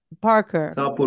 Parker